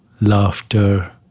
laughter